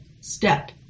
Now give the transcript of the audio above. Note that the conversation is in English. step